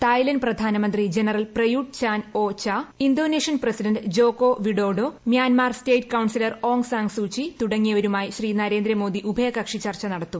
Thailand പ്രധാനമന്ത്രി general പ്രയൂട്ട് പ്രൊൻ O ചാ Indonesian president Joko Widodo മ്യൂട്ടൻ്മാർ state councillor Aung San സൂചി തുടങ്ങിയവരുമായി ശ്രീ ന്ന്രേന്ദ്രമോദി ഉഭയകക്ഷി ചർച്ച നടത്തും